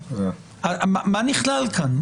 מה נכלל כאן?